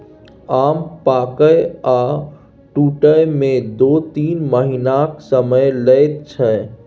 आम पाकय आ टुटय मे दु तीन महीनाक समय लैत छै